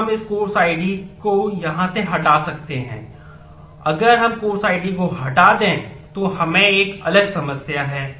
तो हम इस course id को यहाँ से हटा सकते हैं अगर हम course id को हटा दें तो हमें एक अलग समस्या है